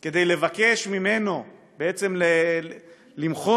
כדי לבקש ממנו בעצם למחול